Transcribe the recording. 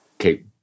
Okay